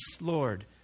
Lord